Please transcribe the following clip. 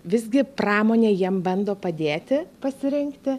visgi pramonė jiem bando padėti pasirinkti